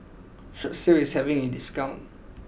Strepsils is having a discount